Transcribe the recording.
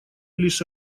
лишь